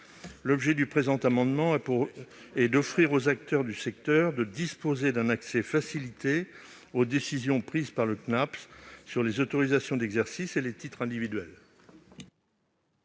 L'objet du présent amendement est d'offrir aux acteurs du secteur un accès facilité aux décisions prises par le Cnaps sur les autorisations d'exercice et sur les titres individuels.